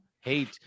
hate